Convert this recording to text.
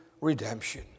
redemption